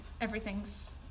everything's